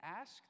ask